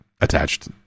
attached